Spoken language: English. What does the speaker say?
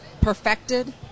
perfected